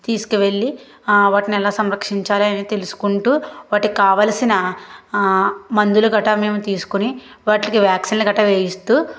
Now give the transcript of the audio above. తీసుక వెళ్ళి వాటిని ఎలా సంరక్షించాలి అనేది తెలుసుకుంటూ వాటికి కావాల్సిన మందులు గట్టా మేము తీసుకొని వాటికి వాక్సిన్లు కట్టా వేయిస్తూ